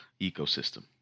ecosystem